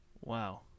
Wow